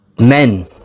men